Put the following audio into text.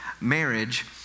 marriage